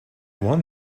one